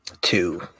two